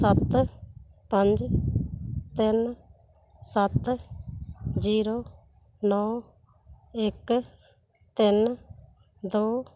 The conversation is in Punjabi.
ਸੱਤ ਪੰਜ ਤਿੰਨ ਸੱਤ ਜੀਰੋ ਨੌ ਇੱਕ ਤਿੰਨ ਦੋ